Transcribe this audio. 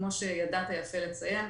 כמו שידעת יפה לציין,